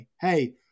hey